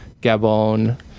Gabon